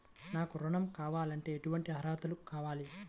నాకు ఋణం కావాలంటే ఏటువంటి అర్హతలు కావాలి?